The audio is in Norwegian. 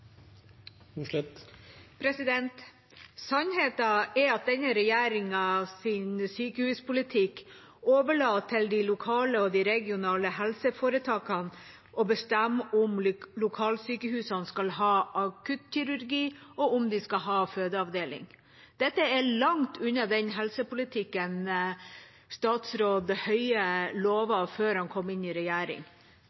på. Sannheten er at denne regjeringas sykehuspolitikk overlater til de lokale og regionale helseforetakene å bestemme om lokalsykehusene skal ha akuttkirurgi, og om de skal ha fødeavdeling. Dette er langt unna den helsepolitikken statsråd Høie